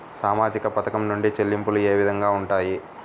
సామాజిక పథకం నుండి చెల్లింపులు ఏ విధంగా ఉంటాయి?